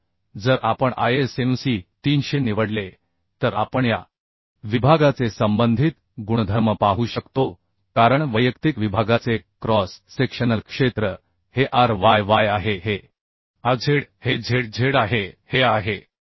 तर जर आपण ISMC 300 निवडले तर आपण या विभागाचे संबंधित गुणधर्म पाहू शकतो कारण वैयक्तिक विभागाचे क्रॉस सेक्शनल क्षेत्र हे R y y आहे हे R z हे z z आहे हे आहे